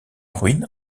ruines